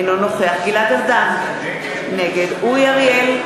אינו נוכח גלעד ארדן, נגד אורי אריאל,